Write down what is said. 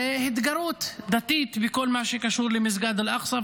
התגרות דתית בכל מה שקשור למסגד אל-אקצא.